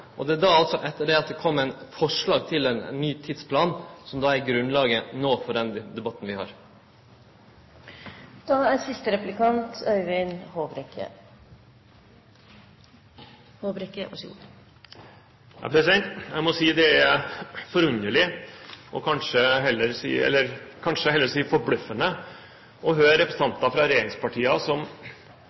kom eit forslag til ein ny tidsplan, som er grunnlaget for den debatten vi har no. Jeg må si det er forunderlig – eller kanskje heller forbløffende – å høre representanter fra regjeringspartiene som har et så